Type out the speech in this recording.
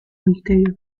misterio